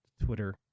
Twitter